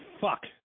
fuck